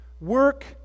Work